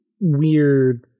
weird